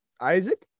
Isaac